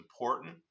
important